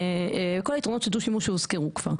כל היתרונות של דו-שימוש שהוזכרו כבר.